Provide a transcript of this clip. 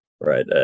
Right